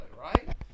Right